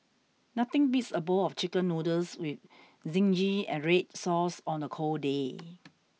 nothing beats a bowl of chicken noodles with Zingy and Red Sauce on a cold day